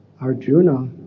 Arjuna